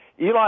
Eli